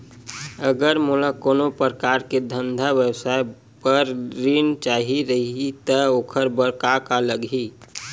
अगर मोला कोनो प्रकार के धंधा व्यवसाय पर ऋण चाही रहि त ओखर बर का का लगही?